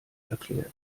erklärt